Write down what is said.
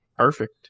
Perfect